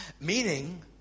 Meaning